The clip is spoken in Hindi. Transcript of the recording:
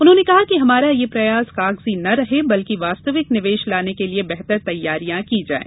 उन्होंने कहा कि हमारा यह प्रयास कागजी न रहे बल्कि वास्तविक निवेश लाने के लिए बेहतर तैयारियाँ की जाएँ